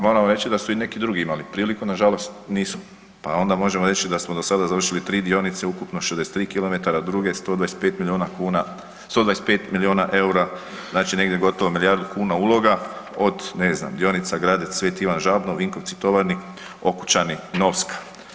Moram reći da su i neki drugi imali priliku, nažalost nisu, pa onda možemo reći da smo do sada završili 3 dionice ukupno 62 km duge 125 miliona kuna, 125 miliona EUR-a, znači negdje gotovo milijardu kuna uloga od ne znam dionica Grade, Sv.Ivan Žabno, Vinkovci, Tovarnik, Okučani, Novska.